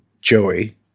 Joey